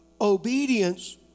Obedience